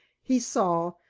he saw,